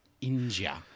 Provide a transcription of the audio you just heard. India